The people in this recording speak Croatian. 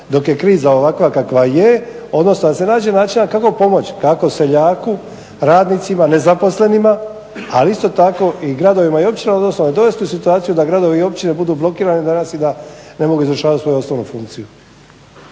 dok je kriza ovakva kakva je odnosno da se nađe načina kako pomoć, kako seljaku, radnicima, nezaposlenima ali isto tako i gradovima i općinama jednostavno dovesti u situaciju da gradovi i općine budu blokirane danas i da ne mogu izvršavati svoju osnovnu funkciju.